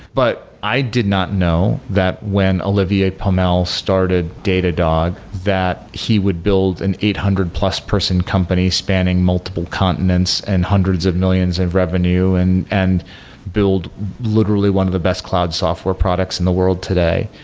but i did not know that when olivier pomel started datadog, that he would build an eight hundred plus person company spanning multiple continents and hundreds of millions in and revenue and and build literally one of the best cloud software products in the world today.